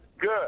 Good